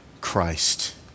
Christ